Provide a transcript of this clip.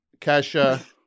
Kesha